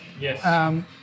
yes